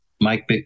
mike